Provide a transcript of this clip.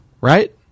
Right